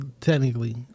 technically